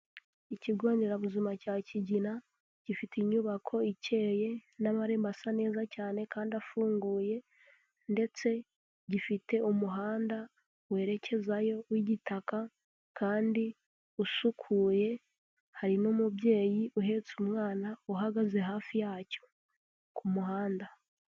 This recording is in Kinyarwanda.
Ikigo nderabuzima cya Kigina gifite inyubako ikeye n'amarembo asa neza cyane, kandi afunguye ndetse gifite umuhanda werekezayo w'igitaka, kandi usukuye, hari n'umubyeyi uhetse umwana uhagaze hafi yacyo ku muhanda.